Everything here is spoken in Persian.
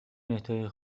اهدای